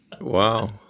wow